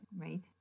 right